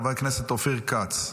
חבר הכנסת אופיר כץ,